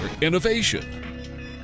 innovation